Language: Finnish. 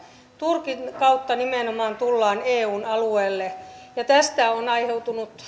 turkin kautta nimenomaan tullaan eun alueelle ja tästä on aiheutunut